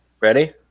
Ready